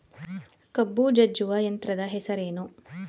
ಕಬ್ಬು ಜಜ್ಜುವ ಯಂತ್ರದ ಹೆಸರೇನು?